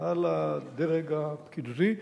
על הדרג הפקידותי,